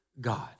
God